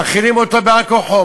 מאכילים אותו על-כורחו,